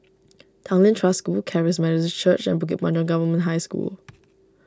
Tanglin Trust School Charis Methodist Church and Bukit Panjang Government High School